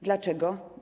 Dlaczego?